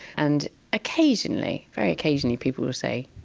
and occasionally, very occasionally people will say,